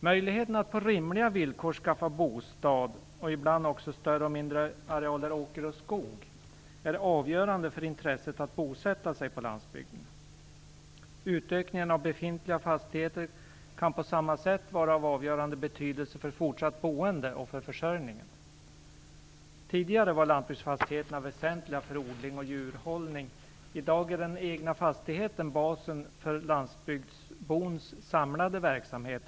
Möjligheten att på rimliga villkor skaffa bostad, och ibland också större eller mindre arealer åker och skog, är avgörande för intresset att bosatta sig på landsbygden. Utökning av befintliga fastigheter kan på samma sätt vara av avgörande betydelse för fortsatt boende och försörjning. Tidigare var lantbruksfastigheterna väsentliga för odling och djurhållning. I dag är den egna fastigheten basen för landsbygdsbons samlade verksamhet.